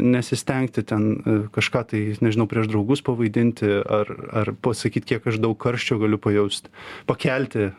nesistengti ten kažką tais nežinau prieš draugus pavaidinti ar ar pasakyt kiek aš daug karščio galiu pajaust pakelti